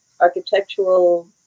Architectural